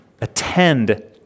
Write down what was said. attend